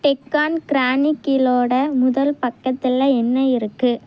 டெக்கான் க்ரானிக்கிலோட முதல் பக்கத்தில் என்ன இருக்குது